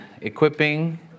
equipping